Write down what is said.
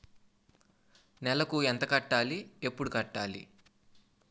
నెలకు ఎంత కట్టాలి? ఎప్పుడు కట్టాలి?